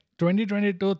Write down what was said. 2022